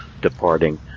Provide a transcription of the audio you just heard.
departing